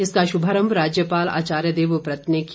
इसका शुभारम्भ राज्यपाल आचार्य देवव्रत ने किया